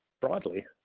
broadly